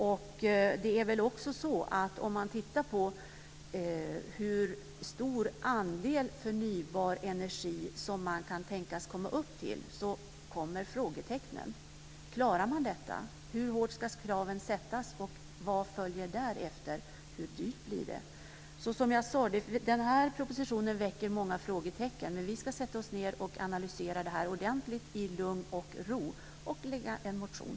Och om man tittar på hur stor andel förnybar energi som man kan tänkas få fram kommer frågetecknen. Klarar man detta? Hur hårda ska kraven vara, och vad följer därefter? Hur dyrt blir det? Som jag sade väcker den här propositionen många frågetecken, men vi ska sätta oss ned och analysera det här ordentligt i lugn och ro och väcka en motion.